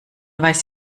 weiß